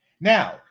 Now